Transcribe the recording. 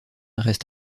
reste